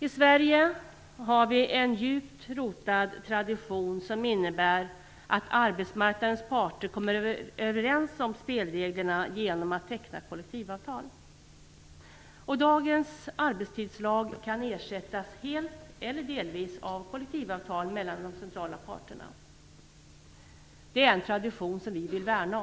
I Sverige har vi en djupt rotad tradition som innebär att arbetsmarknadens parter kommer överens om spelreglerna genom att teckna kollektivavtal. Dagens arbetstidslag kan ersättas helt eller delvis av kollektivavtal mellan de centrala parterna. Det är en tradition som vi vill värna.